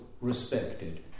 respected